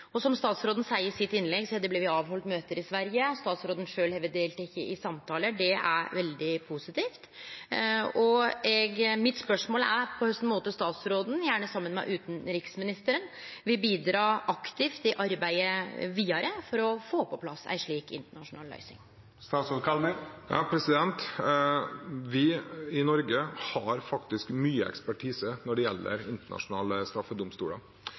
krigsbrotsverk. Som statsråden sa i innlegget sitt, har det blitt halde møte i Sverige. Statsråden har sjølv delteke i samtalar. Det er veldig positivt. Mitt spørsmål er: På kva måte vil statsråden, gjerne saman med utanriksministeren, bidra aktivt i arbeidet vidare for å få på plass ei slik internasjonal løysing? Vi i Norge har faktisk mye ekspertise når det gjelder internasjonale